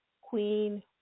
Queen